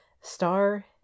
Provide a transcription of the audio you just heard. star